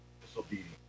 disobedience